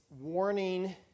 warning